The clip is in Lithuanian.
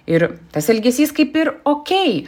ir tas elgesys kaip ir okei